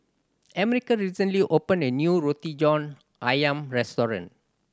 America recently opened a new Roti John Ayam restaurant